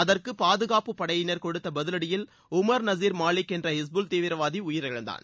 அதற்கு பாதுகாப்புப் படையினர் கொடுத்த பதிலடியில் உமர் நசீர் மாலிக் என்ற இஸ்புல் தீவிரவாதி உயிரிழந்தான்